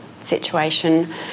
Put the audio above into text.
situation